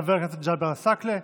תודה לחבר הכנסת ג'אבר עסאקלה.